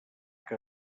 que